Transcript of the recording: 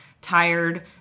tired